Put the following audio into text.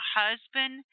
husband